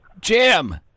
Jim